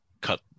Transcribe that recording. cut